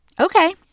Okay